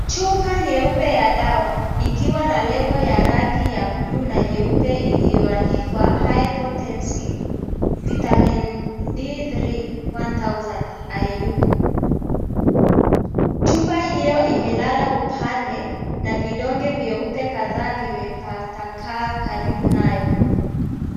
Chupa nyeupe ya dawa, ikiwa na lebo ya rangi ya bluu na nyeupe iliyoandikwa (CS)high potency vitamin D3-1000IU(CS). Chupa hiyo imelala upande na vidonge vyeupe kadhaa vimepatakaa karibu nayo.